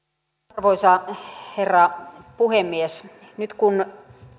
arvoisa herra puhemies nyt kun